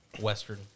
Western